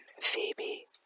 Phoebe